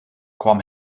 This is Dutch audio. kwam